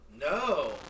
No